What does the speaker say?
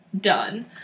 done